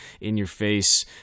in-your-face